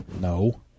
No